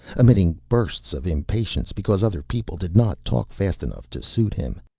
emitting bursts of impatience because other people did not talk fast enough to suit him,